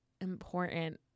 important